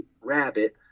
Rabbit